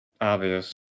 obvious